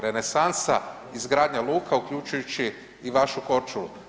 Renesansa izgradnje luka, uključujući i vašu Korčulu.